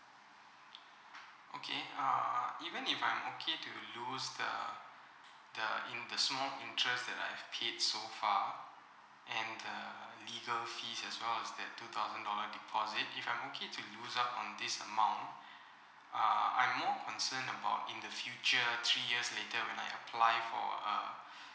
okay uh even if I'm okay to lose the the in~ the small interest that I have paid so far and the legal fees as well is that two thousand dollar deposit if I'm okay to lose up on this amount err I'm more concern about in the future three years later when I apply for uh